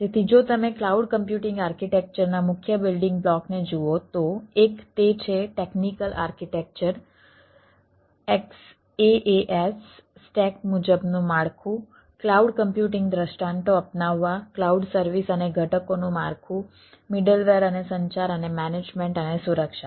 તેથી જો તમે ક્લાઉડ કમ્પ્યુટિંગ આર્કિટેક્ચરના મુખ્ય બિલ્ડીંગ બ્લોક અને સુરક્ષા